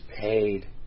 paid